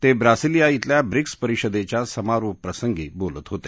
ते ब्रासिलिया इथल्या ब्रिक्स परिषदेच्या समारोप प्रसंगी बोलत होते